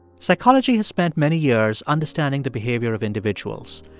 psychology has spent many years understanding the behavior of individuals.